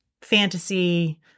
fantasy